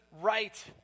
right